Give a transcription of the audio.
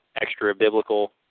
extra-biblical